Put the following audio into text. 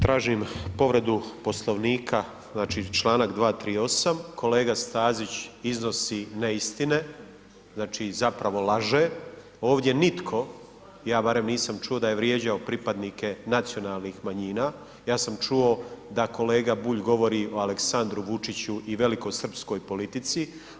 Tražim povredu Poslovnika, znači čl. 238., kolega Stazić iznosi neistine, znači zapravo laže, ovdje nitko, ja barem nisam čuo da je vrijeđao pripadnike nacionalnih manjina, ja sam čuo da kolega Bulj govori o Aleksandru Vučiću i velikosrpskoj politici.